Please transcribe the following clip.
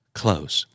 close